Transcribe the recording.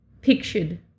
pictured